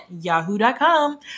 yahoo.com